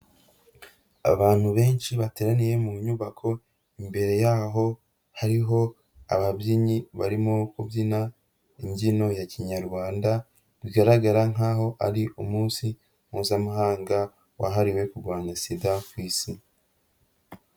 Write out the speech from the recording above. Abantu benshi bateraniye mu nyubako, imbere y'aho hariho ababyinnyi barimo kubyina imbyino ya Kinyarwanda bigaragara nk'aho ari umunsi Mpuzamahanga wahariwe kurwanya SIDA ku Isi.